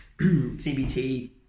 CBT